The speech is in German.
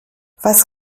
was